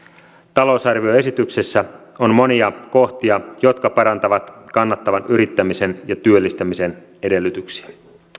talousarvioesityksessä on monia kohtia jotka parantavat kannattavan yrittämisen ja työllistämisen edellytyksiä